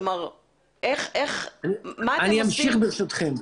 מה אתם עושים --- אני אמשיך, ברשותכם.